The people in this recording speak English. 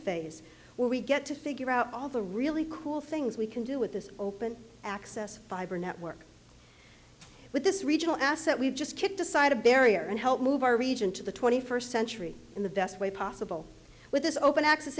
phase where we get to figure out all the really cool things we can do with this open access fiber network with this regional asset we just can't decide a barrier and help move our region to the twenty first century in the best way possible with this open access